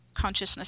consciousness